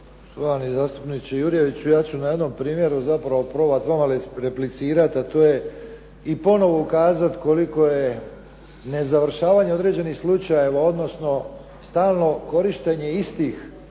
gospodine Jurjević, ja ću na jednom primjeru zapravo probati vama replicirati, a to je i ponovo ukazati koliko je nezavršavanje određenih slučajeva, odnosno stalno korištenje istih